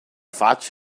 fatg